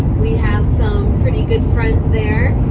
we have some pretty good friends there.